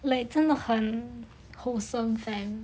like 真的很 wholesome fam